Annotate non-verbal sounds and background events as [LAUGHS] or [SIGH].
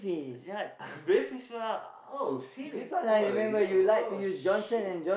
ya [LAUGHS] very oh serious oh you oh !shit!